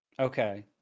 Okay